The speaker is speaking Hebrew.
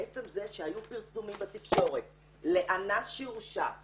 עצם זה שהיו פרסומים בתקשורת לאנס שהורשע,